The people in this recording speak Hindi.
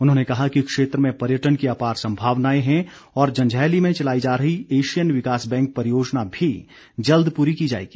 उन्होंने कहा कि क्षेत्र में पर्यटन की अपार संभावनाएं हैं और जंजैहली में चलाई जा रही एशियन विकास बैंक परियोजना भी जल्द पूरी की जाएगी